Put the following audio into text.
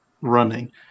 running